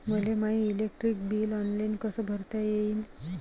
मले my electric bill online कस भरता येईन?